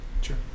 Sure